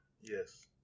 Yes